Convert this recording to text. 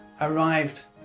arrived